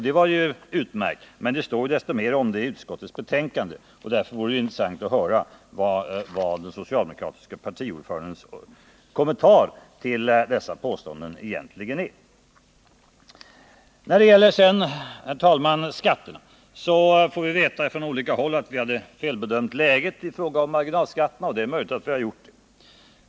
Det var utmärkt, men det står desto mer om det i utskottets betänkande, och därför vore det intressant att höra vad den socialdemokratiske partiordförandens kommentar till dessa påståenden egentligen är. När det sedan, herr talman, gäller skatterna, får vi veta från olika håll att vi hade felbedömt läget i fråga om marginalskatterna. Det är möjligt att vi har gjort det.